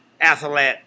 athlete